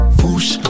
push